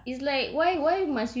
but it's too dramatic ah